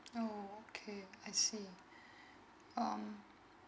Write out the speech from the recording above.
oh okay I see um